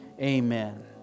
Amen